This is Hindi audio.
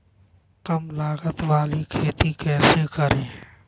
कम लागत वाली खेती कैसे करें?